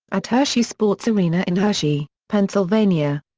at hershey sports arena in hershey, pennsylvania.